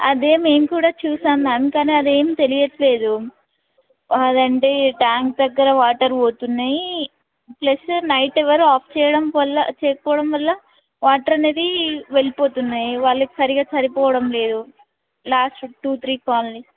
అదే మేము కూడా చూసాం మ్యామ్ కానీ అదేం తెలియట్లేదు అదంటే ట్యాంక్ దగ్గర వాటర్ పోతున్నాయి ప్లస్ నైట్ ఎవరు ఆఫ్ చేయడం వల్ల చెయ్యకపోవడం వల్ల వాటర్ అనేది వెళ్ళపోతున్నాయి వాళ్ళకి సరిగా సరిపోవడం లేదు లాస్ట్ టూ త్రీ కాలనీస్